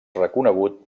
reconegut